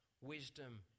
Wisdom